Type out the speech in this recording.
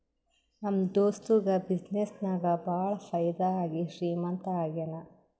ನಮ್ ದೋಸ್ತುಗ ಬಿಸಿನ್ನೆಸ್ ನಾಗ್ ಭಾಳ ಫೈದಾ ಆಗಿ ಶ್ರೀಮಂತ ಆಗ್ಯಾನ